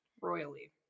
royally